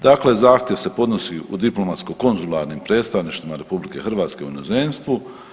Dakle, zahtjev se podnosi u diplomatsko-konzularnim predstavništvima RH u inozemstvu.